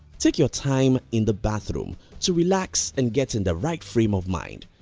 take your time in the bathroom to relax and get in the right frame of mind.